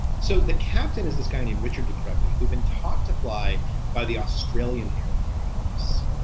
so the captain is this guy named richard de crespigny who'd been taught to fly by the australian air force,